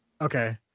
Okay